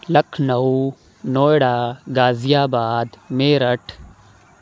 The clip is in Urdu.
لکھنؤ نوئیڈا گازی آباد میرٹھ